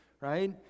right